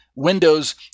Windows